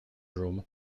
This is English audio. room